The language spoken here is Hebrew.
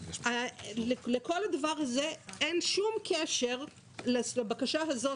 לכל הדבר הזה אין שום קשר לבקשה הזאת,